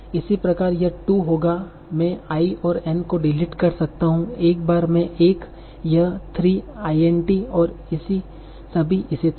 इसी प्रकार यह 2 होगा मैं i और n को डिलीट कर सकता हूं एक बार में एक यह 3 i n t और सभी इसी तरह